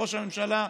ראש הממשלה,